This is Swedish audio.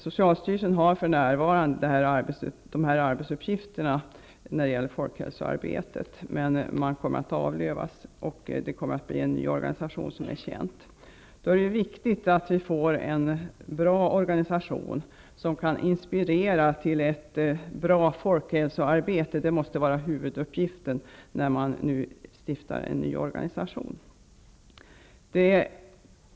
Socialstyrelsen har för närvarande sådana arbetsuppgifter när det gäller folkhäloarbetet, men den kommer att avvecklas. Vi kommer som bekant att få en ny organisation. Då är det viktigt att vi får en bra organisation, som kan inspirera till ett bra folkhälsoarbete. Det måste ju vara huvuduppgiften när man nu bildar en ny organisation.